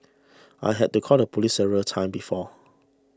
I had to call the police several times before